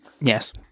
Yes